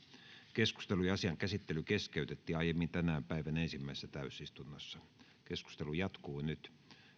keskustelu ja asian käsittely keskeytettiin aiemmin tänään päivän ensimmäisessä täysistunnossa keskustelu jatkuu nyt